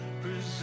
present